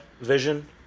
vision